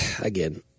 again